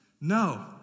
No